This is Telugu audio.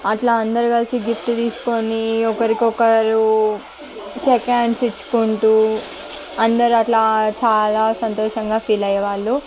అట్లా అందరు కల్సి గిఫ్ట్ తీసుకొని ఒకరికొకరు షేక్ హ్యాండ్స్ ఇచ్చుకుంటు అందరు అట్లా చాలా సంతోషంగా ఫీల్ అయ్యే వాళ్ళు